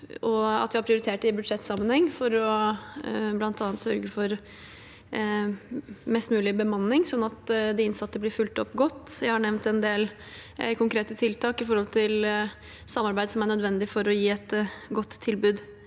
vi har prioritert det i budsjettsammenheng for bl.a. å sørge for mest mulig bemanning, sånn at de innsatte blir fulgt opp godt. Jeg har nevnt en del konkrete tiltak når det gjelder samarbeid, som er nødvendig for å gi et godt tilbud